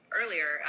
earlier